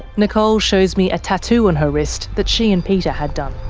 nicole shows me a tattoo on her wrist that she and peta had done.